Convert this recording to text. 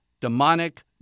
demonic